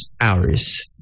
hours